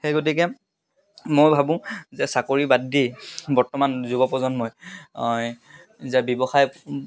সেই গতিকে মই ভাবোঁ যে চাকৰি বাদ দি বৰ্তমান যুৱ প্ৰজন্মই যে ব্যৱসায়